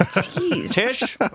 Tish